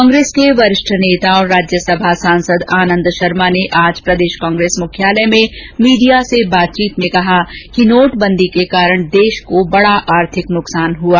कांग्रेस के वरिष्ठ नेता और राज्यसभा सांसद आनंद शर्मा ने आज प्रदेश कांग्रेस मुख्यालय में मीडिया से बातचीत में कहा कि नोटबंदी के कारण देश को बडा आर्थिक नुकसान हुआ